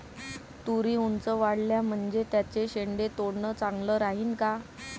तुरी ऊंच वाढल्या म्हनजे त्याचे शेंडे तोडनं चांगलं राहीन का?